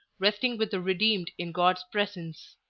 resting with the redeemed in god's presence.